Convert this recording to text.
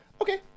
okay